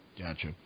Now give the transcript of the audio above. Gotcha